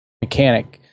mechanic